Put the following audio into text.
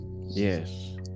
yes